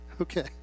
Okay